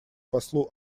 послу